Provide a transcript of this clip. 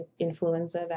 influenza